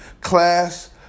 class